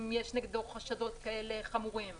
אם יש נגדו חשדות חמורים כאלה?